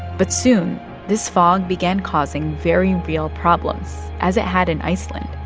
but soon this fog began causing very real problems, as it had in iceland.